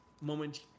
Moment